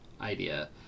idea